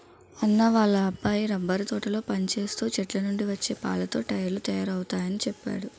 అన్నా వాళ్ళ అబ్బాయి రబ్బరు తోటలో పనిచేస్తూ చెట్లనుండి వచ్చే పాలతో టైర్లు తయారవుతయాని చెప్పేడు